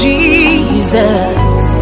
Jesus